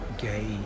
gay